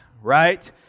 right